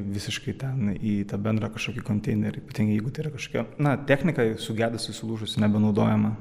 visiškai ten į bendrą kažkokį konteinerį jeigu tai yra kažkokia na technika sugedusi sulūžusi nebenaudojama